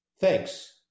Thanks